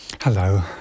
Hello